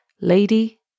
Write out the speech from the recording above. Lady